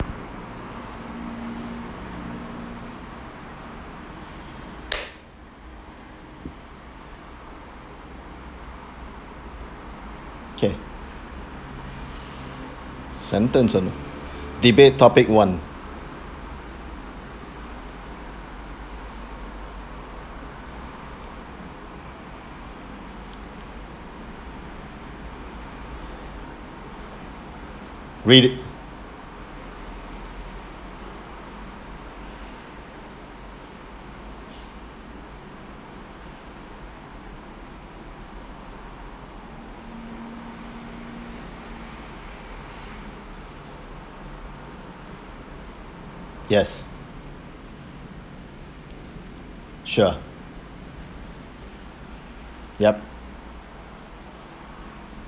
okay sentence ugh debate topic one read it yes sure yup